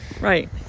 right